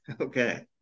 Okay